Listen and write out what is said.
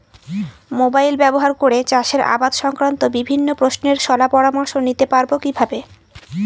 Mobile ব্যাবহার করে চাষের আবাদ সংক্রান্ত বিভিন্ন প্রশ্নের শলা পরামর্শ নিতে পারবো কিভাবে?